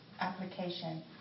Application